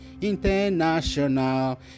international